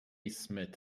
smith